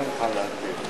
ולכן אתה תוכל לומר את דבריך